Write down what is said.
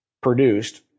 produced